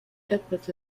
airports